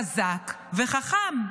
חזק וחכם.